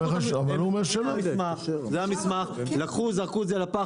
זה המסמך, לקחו, זרקו את זה לפח.